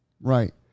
Right